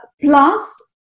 plus